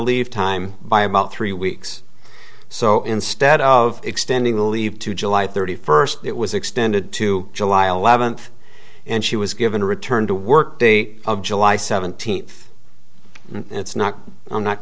leave time by about three weeks so instead of extending the leave to july thirty first it was extended to july eleventh and she was given to return to work day of july seventeenth it's not i'm not